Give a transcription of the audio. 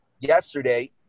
Yesterday